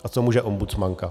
A co může ombudsmanka?